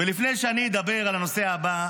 ולפני שאני אדבר על הנושא הבא,